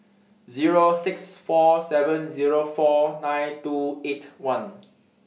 six four seven four nine two eight one